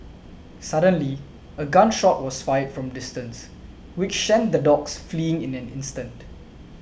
suddenly a gun shot was fired from a distance which sent the dogs fleeing in an instant